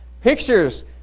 Pictures